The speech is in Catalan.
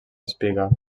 espiga